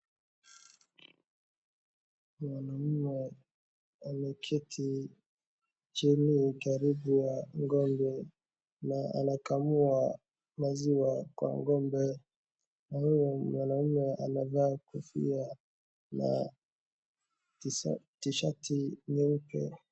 Mwanaume ameketi chini karibu na ngombe na anakamua maziwa kwa ngombe na huyu mwanaume anavaa kofia na tishati nyeupe.